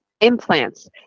Implants